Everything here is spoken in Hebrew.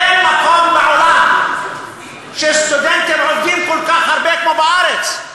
אין מקום בעולם שסטודנטים עובדים כל כך הרבה כמו בארץ,